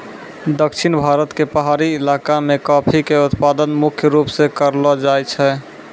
दक्षिण भारत के पहाड़ी इलाका मॅ कॉफी के उत्पादन मुख्य रूप स करलो जाय छै